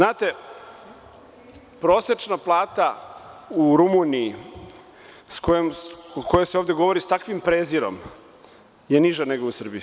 Znate, prosečna plata u Rumuniji, o kojoj se ovde govori sa takvim prezirom, je niža nego u Srbiji.